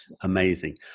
Amazing